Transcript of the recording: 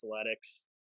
Athletics